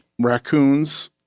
raccoons